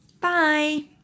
bye